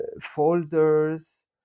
folders